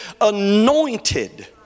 anointed